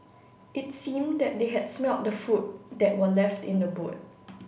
it seemed that they had smelt the food that were left in the boot